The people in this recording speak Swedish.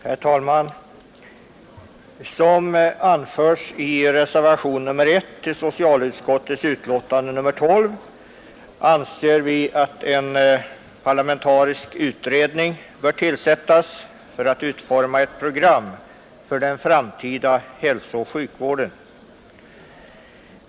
Herr talman! Som anförs i reservationen 1 till socialutskottets betänkande nr 12 anser vi att en parlamentarisk utredning bör tillsättas för att utforma ett program för den framtida hälsooch sjukvården.